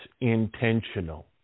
intentional